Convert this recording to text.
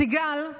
סיגל,